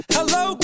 Hello